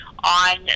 on